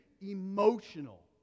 emotional